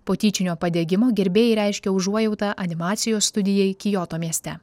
po tyčinio padegimo gerbėjai reiškia užuojautą animacijos studijai kioto mieste